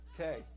Okay